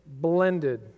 blended